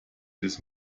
des